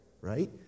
right